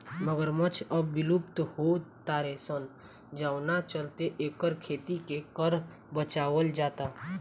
मगरमच्छ अब विलुप्त हो तारे सन जवना चलते एकर खेती के कर बचावल जाता